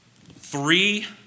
Three